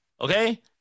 Okay